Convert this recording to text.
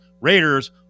Raiders